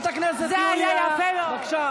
שבו, בבקשה.